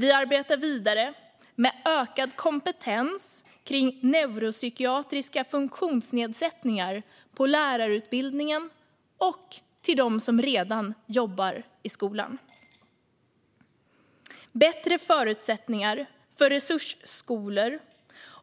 Vi arbetar vidare med att ge dem som går lärarutbildning och dem som redan jobbar i skolan ökad kompetens om neuropsykiatriska funktionsnedsättningar. Vi arbetar också för bättre förutsättningar för resursskolor